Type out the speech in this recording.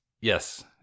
Yes